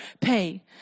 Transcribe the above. pay